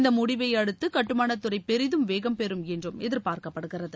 இந்த முடிவை அடுத்து கட்டுமானத்துறை பெரிதும் வேகம் பெறும் என்று எதிர்பார்க்கப்படுகிறது